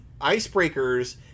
icebreakers